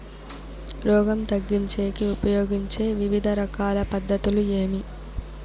రోగం తగ్గించేకి ఉపయోగించే వివిధ రకాల పద్ధతులు ఏమి?